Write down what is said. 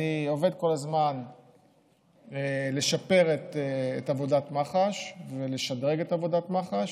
אני עובד כל הזמן לשפר את עבודת מח"ש ולשדרג את עבודת מח"ש.